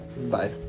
Bye